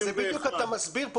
אז בדיוק אתה מסביר פה,